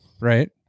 right